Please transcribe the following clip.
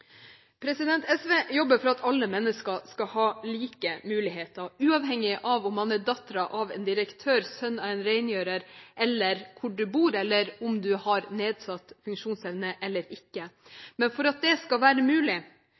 SV jobber for at alle mennesker skal ha like muligheter, uavhengig av om man er datter av en direktør, sønn av en reingjører, hvor du bor, eller om du har nedsatt funksjonsevne eller ikke. Men for at det skal være mulig,